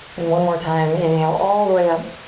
and one more time, inhale all the way up.